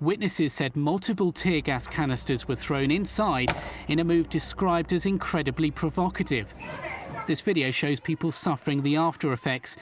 witnesses said multiple tear gas canisters were thrown inside in a move described as incredibly provocative this video shows people suffering the after effects